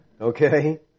Okay